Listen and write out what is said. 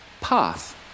path